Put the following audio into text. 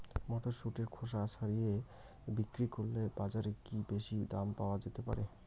মটরশুটির খোসা ছাড়িয়ে বিক্রি করলে বাজারে কী বেশী দাম পাওয়া যেতে পারে?